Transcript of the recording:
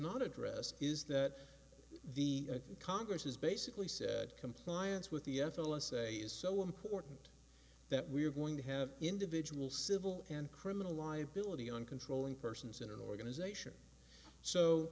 not address is that the congress has basically said compliance with the f l s a is so important that we are going to have individual civil and criminal liability on controlling persons in an organization so